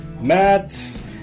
Matt